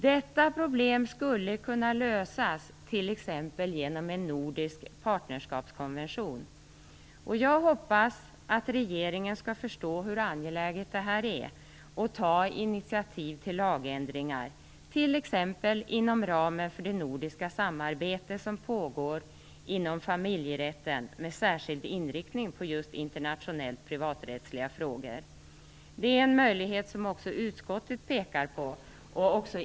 Detta problem skulle kunna lösas t.ex. genom en nordisk partnerskapskonvention. Jag hoppas att regeringen skall förstå hur angeläget det här är och ta initiativ till lagändringar, t.ex. inom ramen för det nordiska samarbete som pågår inom familjerätten med särskild inriktning på just internationellt privaträttsliga frågor. Det är en möjlighet som också utskottet pekar på.